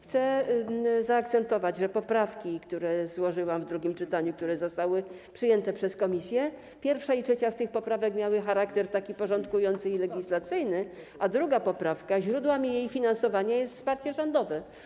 Chcę zaakcentować, że jeśli chodzi o poprawki, które złożyłam w drugim czytaniu, które zostały przyjęte przez komisję, pierwsza i trzecia z tych poprawek miały charakter porządkujący i legislacyjny, a w przypadku drugiej poprawki źródłem jej finansowania jest wsparcie rządowe.